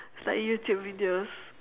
it's like youtube videos